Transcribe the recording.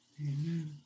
Amen